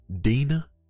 Dina